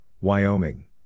Wyoming